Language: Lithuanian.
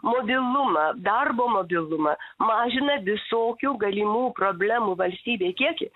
mobilumą darbo mobilumą mažina visokių galimų problemų valstybėj kiekį